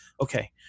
Okay